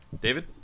David